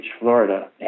Florida